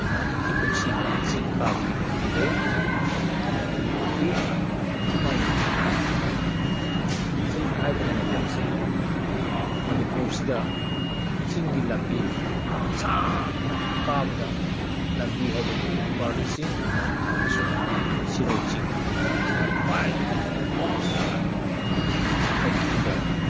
ꯑꯩꯍꯥꯛꯀꯤ ꯄꯨꯟꯁꯤꯗ ꯆꯤꯡ ꯀꯥꯕꯒꯤ ꯂꯝꯕꯤ ꯂꯩ ꯂꯝꯕꯤ ꯑꯣꯏꯈꯤ ꯑꯁꯨꯃꯥꯏꯅ ꯆꯤꯡ ꯍꯥꯏꯕ ꯃꯐꯝꯁꯤ ꯃꯅꯤꯄꯨꯔꯁꯤꯗ ꯆꯤꯡꯒꯤ ꯂꯝꯕꯤ ꯁꯥꯡꯅ ꯀꯥꯕꯗ ꯂꯝꯕꯤ ꯍꯥꯏꯕꯕꯨ ꯕꯥꯔꯨꯅꯤ ꯆꯤꯡ ꯑꯃꯁꯨꯡ ꯁꯤꯔꯣꯏ ꯆꯤꯡ ꯁꯤꯅ ꯈ꯭ꯋꯥꯏꯗꯒꯤ ꯃꯣꯁ ꯍꯥꯏꯀꯤꯡꯗ